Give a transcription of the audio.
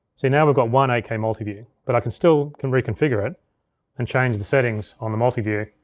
see, now we've got one eight k multiview. but i can still can reconfigure it and change the settings on the multiview.